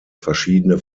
verschiedene